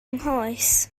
nghoes